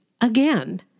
again